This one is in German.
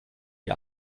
die